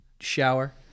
shower